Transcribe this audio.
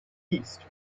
east